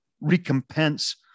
recompense